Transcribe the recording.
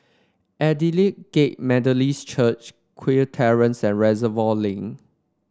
Aldersgate Methodist Church Kew Terrace and Reservoir Link